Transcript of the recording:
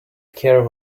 care